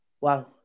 wow